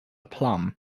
plum